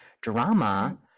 drama